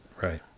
Right